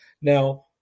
Now